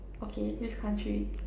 okay which country